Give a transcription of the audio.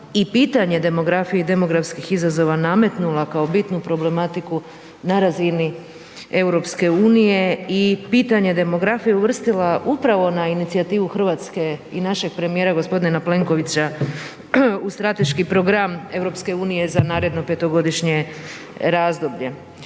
i pitanje demografije i demografskih izazova nametnula kao bitnu problematiku na razini EU i pitanje demografije uvrstila upravo na inicijativu Hrvatske i našeg premijera g. Plenkovića u strateški program EU za naredno 5-godišnje razdoblje.